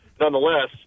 nonetheless